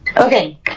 Okay